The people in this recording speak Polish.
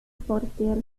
portier